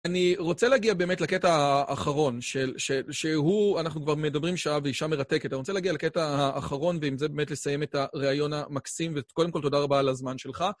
אני רוצה להגיע באמת לקטע האחרון, שהוא, אנחנו כבר מדברים שעה ואישה מרתקת, אני רוצה להגיע לקטע האחרון, ועם זה באמת לסיים את הראיון המקסים, וקודם כול תודה רבה על הזמן שלך.